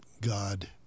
God